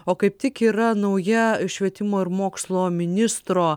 o kaip tik yra nauja švietimo ir mokslo ministro